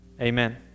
amen